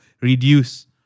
reduce